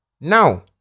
Now